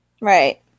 right